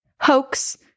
hoax